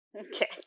okay